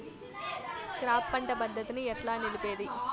Crop పంట పద్ధతిని ఎట్లా నిలిపేది?